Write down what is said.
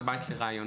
זה בית לרעיונות.